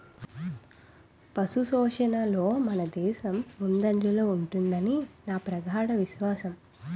పశుపోషణలో మనదేశం ముందంజలో ఉంటుదని నా ప్రగాఢ విశ్వాసం